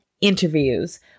interviews